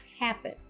happen